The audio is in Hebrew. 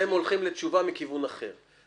אתם הולכים לתשובה מכיוון אחר.